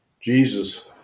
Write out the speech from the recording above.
Jesus